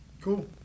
cool